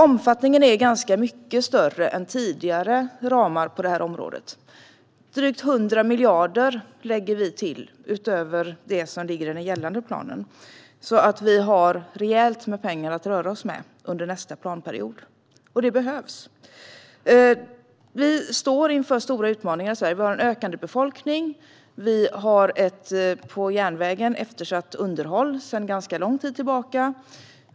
Omfattningen är ganska mycket större än tidigare ramar på området. Vi lägger till drygt 100 miljarder, utöver det som ligger i den gällande planen. Vi kommer att ha rejält med pengar att röra oss med under nästa planperiod. Och det behövs. Vi står inför stora utmaningar i Sverige. Vi har en ökande befolkning. Järnvägen har ett eftersatt underhåll, sedan ganska lång tid tillbaka.